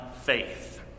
faith